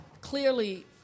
clearly